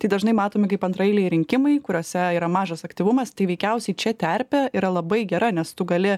tai dažnai matomi kaip antraeiliai rinkimai kuriuose yra mažas aktyvumas tai veikiausiai čia terpė yra labai gera nes tu gali